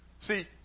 See